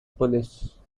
police